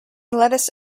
lettuce